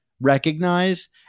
recognize